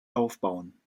aufbauen